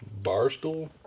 Barstool